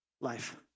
life